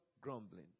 grumbling